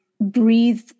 breathe